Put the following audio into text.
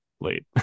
late